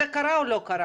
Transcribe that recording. זה קרה או לא קרה?